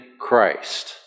Christ